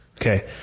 Okay